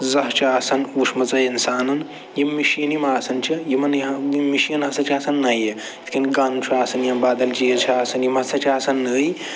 زانٛہہ چھِ آسان وٕچھمٕژَے اِنسانَن یِم مِشیٖنہٕ یِم آسان چھِ یِمن یا یِم مِشیٖنہٕ ہَسا چھِ آسان نَیہِ یِتھ کٔنۍ گَن چھُ آسان یا بدل چیٖز چھِ آسان یِم ہَسا چھِ آسان نٔے